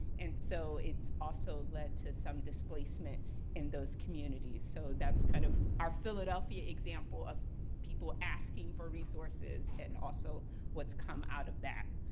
and so it's also led to some displacement in those communities. so that's kind of our philadelphia example of people asking for resources, and also what's come out of that.